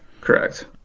correct